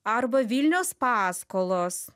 arba vilniaus paskolos